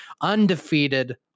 undefeated